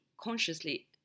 consciously